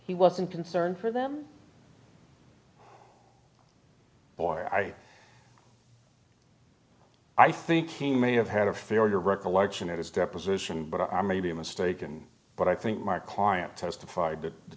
he wasn't concerned for them boy i i think he may have had a fear your recollection of his deposition but i may be mistaken but i think my client testified that the